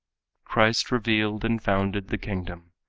christ revealed and founded the kingdom,